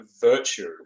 virtue